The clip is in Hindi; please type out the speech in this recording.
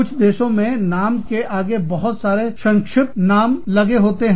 कुछ देशों में नामों के आगे बहुत सारे संक्षिप्त नाम लगे होते हैं